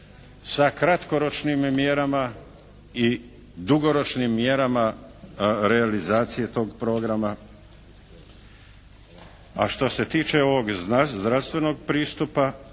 sa kratkoročnim mjerama i dugoročnim mjerama realizacije tog programa, a što se tiče ovog zdravstvenog pristupa